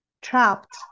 trapped